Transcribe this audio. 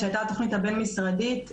כשהייתה התוכנית הבין משרדית,